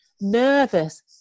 nervous